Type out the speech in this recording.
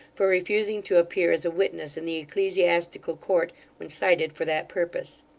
for refusing to appear as a witness in the ecclesiastical court when cited for that purpose.